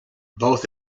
both